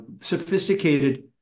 sophisticated